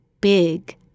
big